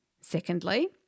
Secondly